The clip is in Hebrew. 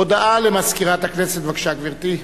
הודעה למזכירת הכנסת, בבקשה, גברתי.